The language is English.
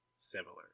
similar